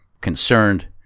concerned